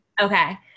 Okay